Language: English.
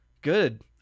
Good